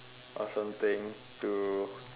or something to